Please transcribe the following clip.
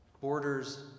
Borders